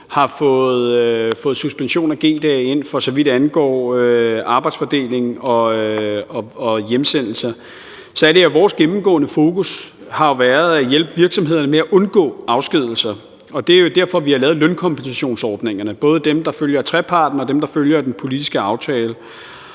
har fået suspension af G-dage ind, for så vidt angår arbejdsfordeling og hjemsendelser. Vores gennemgående fokus har jo været på at hjælpe virksomhederne med at undgå afskedigelser. Det er derfor, vi har lavet lønkompensationsordningerne, både dem, der følger af trepartsaftalen, og dem, der følger af den politiske aftale.